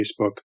Facebook